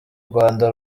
rwanda